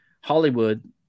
Hollywood